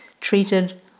treated